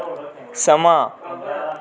समां